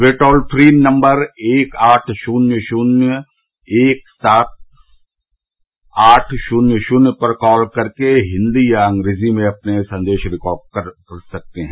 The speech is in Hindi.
वे टोल फ्री नम्बर एक आठ शुन्य शुन्य एक एक सात आठ शुन्य शुन्य पर कॉल करके हिन्दी या अंग्रेजी में अपने संदेश रिकॉर्ड कर सकते हैं